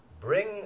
bring